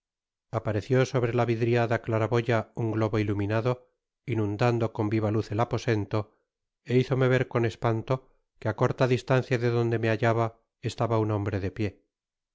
apareció sobrela vidriada claraboya un globo iluminado inundando con viva luz el aposento é hizome ver con espanto que á corta distancia de donde me hallaba estaba un hombre de pié